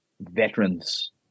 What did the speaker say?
veterans